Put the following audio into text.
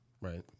right